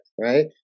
right